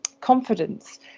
confidence